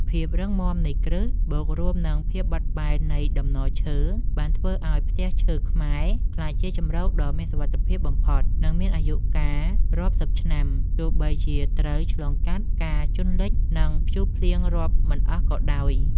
ភាពរឹងមាំនៃគ្រឹះ បូករួមនឹងភាពបត់បែននៃតំណឈើ បានធ្វើឱ្យផ្ទះឈើខ្មែរក្លាយជាជម្រកដ៏មានសុវត្ថិភាពបំផុត និងមានអាយុកាលរាប់សិបឆ្នាំ ទោះបីជាត្រូវឆ្លងកាត់ការជន់លិច និងព្យុះភ្លៀងរាប់មិនអស់ក៏ដោយ។